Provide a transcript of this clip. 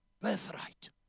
birthright